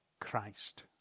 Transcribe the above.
Christ